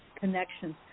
connections